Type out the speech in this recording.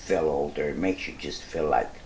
feel older and makes you just feel like